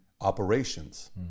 operations